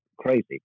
Crazy